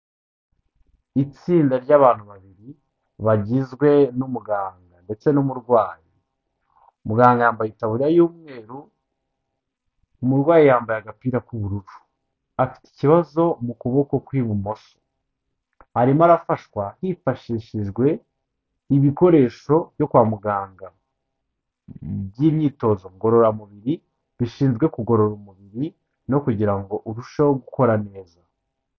Itsinda ry'abantu babiri bagizwe n'umuganga ndetse n'umurwayi, muganga yambaye itaburiya y'umweru, umurwayi yambaye agapira k'ubururu. Afite ikibazo mu kuboko kw'ibumoso. Arimo arafashwa hifashishijwe ibikoresho byo kwa muganga by'imyitozo ngororamubiri bishinzwe kugorora umubiri no kugira ngo urusheho gukora neza.